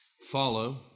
follow